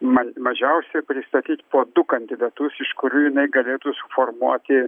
man mažiausiai pristatyt po du kandidatus iš kurių jinai galėtų suformuoti